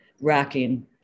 racking